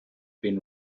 been